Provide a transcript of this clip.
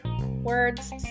words